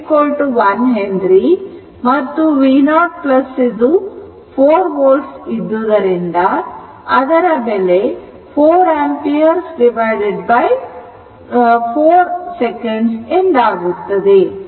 L ಇದು 1 Henry ಮತ್ತು v0 ಇದು 4 volt ಇದ್ದುದರಿಂದ ಅದರ ಬೆಲೆ 4 ampere second ಎಂದಾಗುತ್ತದೆ